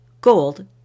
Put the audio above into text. Gold